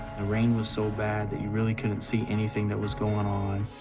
the rain was so bad, that you really couldn't see anything that was going on.